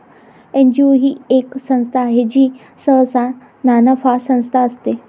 NGO ही एक संस्था आहे जी सहसा नानफा संस्था असते